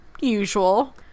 usual